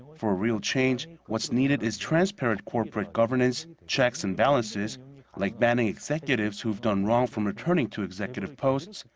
for a real change, what's needed is transparent corporate governance, checks and balances like banning executives who've done wrong from returning to executive posts.